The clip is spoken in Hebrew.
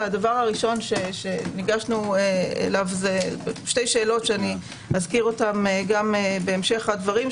הדבר הראשון שניגשו אליו הן שתי שאלות שאזכיר גם בהמשך דבריי